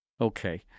Okay